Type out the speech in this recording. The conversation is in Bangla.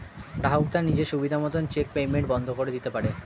গ্রাহক তার নিজের সুবিধা মত চেক পেইমেন্ট বন্ধ করে দিতে পারে